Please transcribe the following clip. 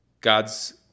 God's